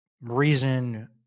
reason